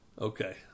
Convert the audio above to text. Okay